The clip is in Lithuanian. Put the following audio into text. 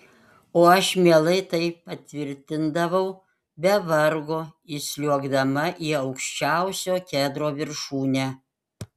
o aš mielai tai patvirtindavau be vargo įsliuogdama į aukščiausio kedro viršūnę